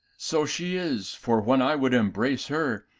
so she is, for when i would embrace her,